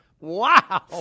Wow